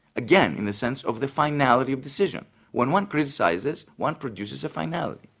again in the sense of the finality of decision when one criticises, one produces a finality,